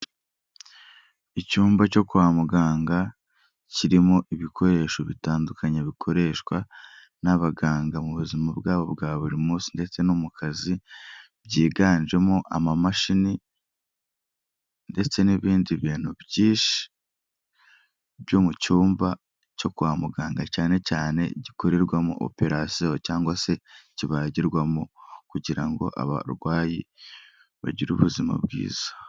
Icyumba cyo kwa muganga, kirimo ibikoresho bitandukanye bikoreshwa n'abaganga mu buzima bwabo bwa buri munsi ndetse no mu kazi, byiganjemo amamashini ndetse n'ibindi bintu byinshi byo mu cyumba cyo kwa muganga cyane cyane gikorerwamo operasiyo cyangwa se kibagirwamo kugira ngo abarwayi bagire ubuzima bwiza.